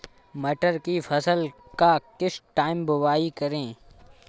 मटर की फसल का किस टाइम बुवाई करें?